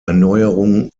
erneuerung